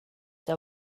der